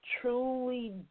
truly